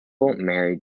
married